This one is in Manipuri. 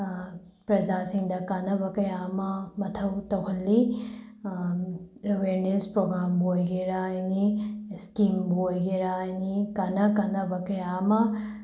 ꯄ꯭ꯔꯖꯥꯁꯤꯡꯗ ꯀꯥꯟꯅꯕ ꯀꯌꯥ ꯑꯃ ꯃꯊꯧ ꯇꯧꯍꯜꯂꯤ ꯑꯦꯋꯥꯔꯅꯦꯁ ꯄ꯭ꯔꯣꯒ꯭ꯔꯥꯝꯕꯨ ꯑꯣꯏꯒꯦꯔ ꯑꯦꯅꯤ ꯏꯁꯀꯤꯝꯕꯨ ꯑꯣꯏꯒꯦꯔ ꯑꯦꯅꯤ ꯀꯥꯟꯅ ꯀꯥꯟꯅꯕ ꯀꯌꯥ ꯑꯃ